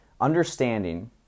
understanding